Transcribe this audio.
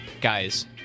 guys